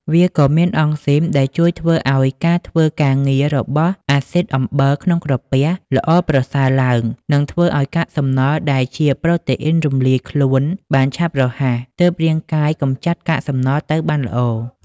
វាក៏មានអង់ស៊ីម ដែលជួយធ្វើឱ្យការធ្វើការងាររបស់អាស៊ីដអំបិល ក្នុងក្រពះ ល្អប្រសើរឡើង និងធ្វើឱ្យកាកសំណល់ដែលជាប្រូតេអុីនរំលាយខ្លួនបានឆាប់រហ័ស ទើបរាងកាយកម្ចាត់កាកសំណល់ទៅបានល្អ។